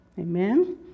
Amen